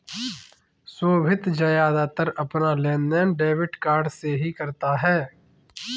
सोभित ज्यादातर अपना लेनदेन डेबिट कार्ड से ही करता है